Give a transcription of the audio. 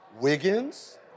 Wiggins